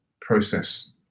process